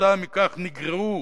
כתוצאה מכך נגרעו